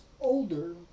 older